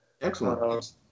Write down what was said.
Excellent